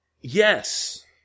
yes